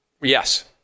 yes